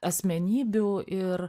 asmenybių ir